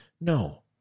No